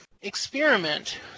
experiment